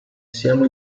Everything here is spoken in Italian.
siamo